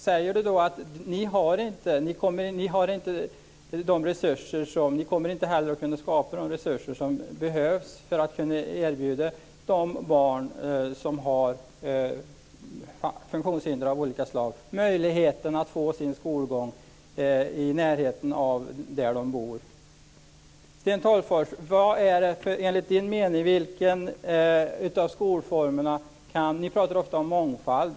Säger han då: Ni har inte och kommer inte heller att kunna skapa de resurser som behövs för att kunna erbjuda de barn som har funktionshinder av olika slag möjligheten att få sin skolgång i närheten av sina hem. Sten Tolgfors! Ni moderater pratar ofta om mångfald.